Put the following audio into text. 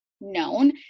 known